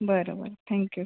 बरं बरं thank you sir